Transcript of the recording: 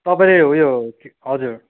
तपाईँले उयो हजुर